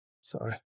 sorry